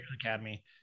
Academy